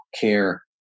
care